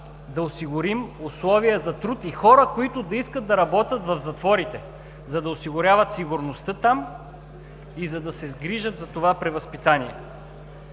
да осигурим условия за труд и хора, които да искат да работят в затворите, за да осигуряват сигурността там и за да се грижат за това превъзпитание.